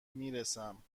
میرسم